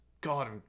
God